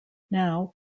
now